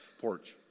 porch